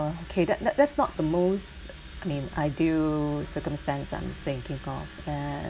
okay that that that's not the most I mean ideal circumstance that I'm thinking of and